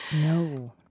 No